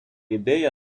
ідея